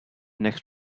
next